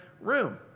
room